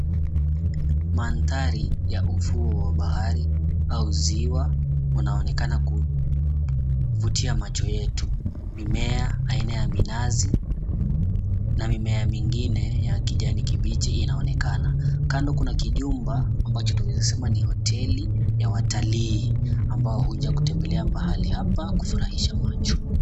Mandhari ya ufuo wa bahari au ziwa unaonekana kuvutia macho yetu. Mimea aina ya minazi na mimea mingine ya kijani kibichi inaonekana. Kando kuna kijumba, ambacho tunaweza sema ni hoteli ya watalii, ambao huja kutembelea mahali hapa kufurahisha macho.